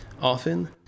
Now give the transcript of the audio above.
often